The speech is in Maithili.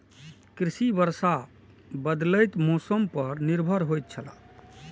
कृषि वर्षा और बदलेत मौसम पर निर्भर होयत छला